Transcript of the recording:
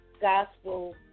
gospel